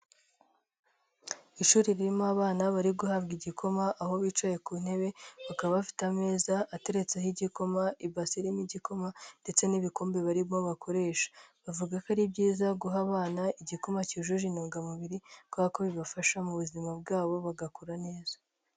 Ishuri ririmo abana bari guhabwa igikoma, aho bicaye ku ntebe, bakaba bafite ameza, ateretseho igikoma, ibasi irimo igikoma ndetse n'ibikombe barimo bakoresha, bavuga ko ari byiza guha abana igikuma cyujuje intungamubiri kubera ko bibafasha mu buzima bwabo, bagakura neza.